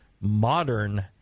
MODERN